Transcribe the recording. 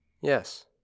Yes